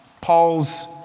Paul's